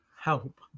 Help